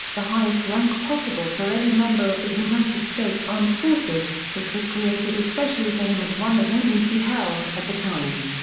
the highest rank possible for any member of the united states armed forces, which was created especially for him and one that only he held at the time.